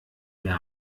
mehr